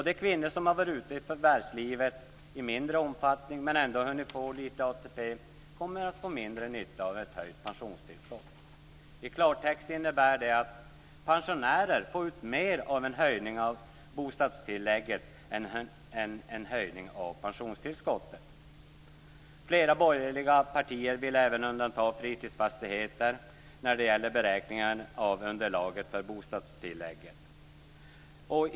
De kvinnor som varit ute i förvärvslivet i mindre omfattning men ändå hunnit få lite ATP kommer att få mindre nytta av ett höjt pensionstillskott. I klartext innebär detta att pensionärerna får ut mer av en höjning av bostadstillägget än av en höjning av pensionstillskottet. Flera borgerliga partier vill även undanta fritidsfastigheter när det gäller beräkningen av underlaget för bostadstillägget.